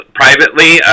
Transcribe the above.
privately